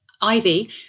Ivy